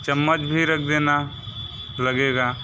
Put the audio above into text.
चम्मच भी रख देना लगेगा